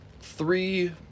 three